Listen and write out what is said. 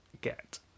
get